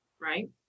right